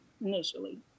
initially